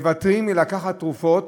מוותרים על לקיחת תרופות,